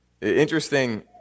Interesting